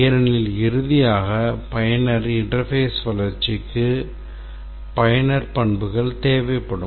ஏனெனில் இறுதியாக பயனர் interface வளர்ச்சிக்கு பயனர் பண்புகள் தேவைப்படும்